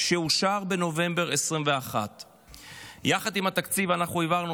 שאושר בנובמבר 2021. יחד עם התקציב אנחנו העברנו